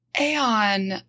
Aeon